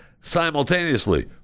simultaneously